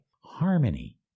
harmony